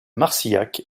marcillac